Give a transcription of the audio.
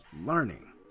learning